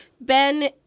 Ben